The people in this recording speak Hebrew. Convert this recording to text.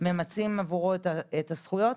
ממצים עבורו את הזכויות,